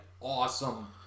awesome